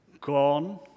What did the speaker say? gone